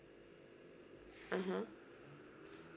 mmhmm